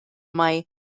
mae